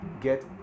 get